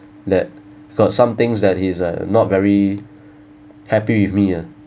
that got some things that he's not very happy with me ah